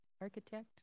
architect